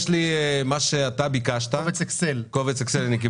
יש לי את קובץ האקסל שביקשת,